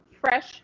fresh